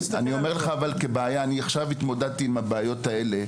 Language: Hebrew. אני אומר לך, אני עכשיו התמודדתי עם הבעיות האלה